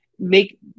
make